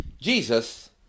Jesus